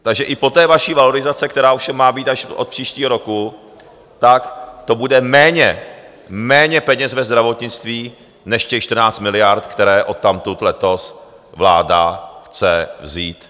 Takže i po té vaší valorizaci, která ovšem má být až od příštího roku, tak to bude méně, méně peněz ve zdravotnictví než těch 14 miliard, které odtamtud letos vláda chce vzít.